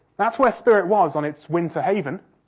that's where spirit was on its winter haven.